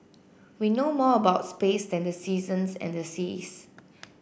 we know more about space than the seasons and the seas